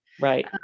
Right